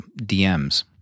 DMs